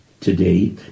today